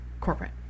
corporate